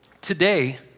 today